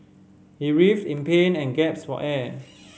he writhed in pain and gaps for air